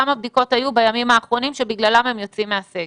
כמה בדיקות היו בימים האחרונים שבגללן הן יוצאות מהסגר.